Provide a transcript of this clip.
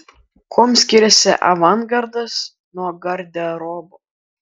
kuom skiriasi avangardas nuo garderobo